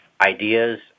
ideas